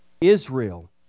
Israel